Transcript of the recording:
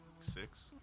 six